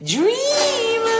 Dream